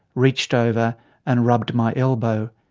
reached over and rubbed my elbow.